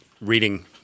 reading